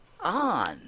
on